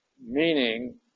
meaning